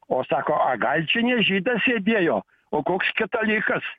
o sako a gal čia ne žydas sėdėjo o koks katalikas